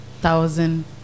thousand